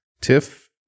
tiff